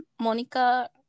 Monica